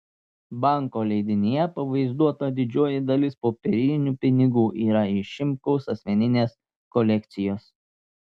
banko leidinyje pavaizduota didžioji dalis popierinių pinigų yra iš šimkaus asmeninės kolekcijos